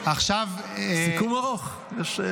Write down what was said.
סיכום ארוך.